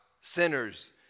sinners